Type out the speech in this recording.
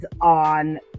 on